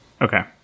Okay